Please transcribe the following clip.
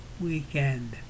weekend